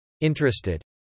Interested